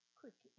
quick